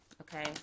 okay